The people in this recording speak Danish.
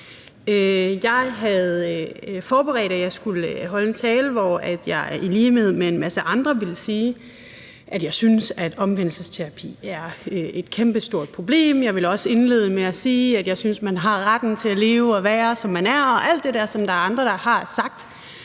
Jeg havde forberedt, at jeg skulle holde en tale, hvor jeg i lighed med en masse andre ville sige, at jeg synes, at omvendelsesterapi er et kæmpestort problem. Jeg ville også indlede med at sige, at jeg synes, at man har retten til at leve og være, som man er, og alt det der, som der er andre der har sagt